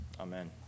Amen